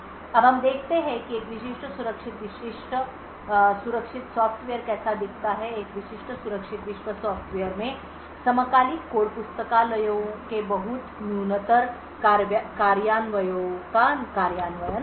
अब हम देखते हैं कि एक विशिष्ट सुरक्षित विश्व सॉफ्टवेयर कैसा दिखता है एक विशिष्ट सुरक्षित विश्व सॉफ्टवेयर में समकालिक कोड पुस्तकालयों के बहुत न्यूनतर कार्यान्वयनों का कार्यान्वयन होगा